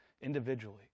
individually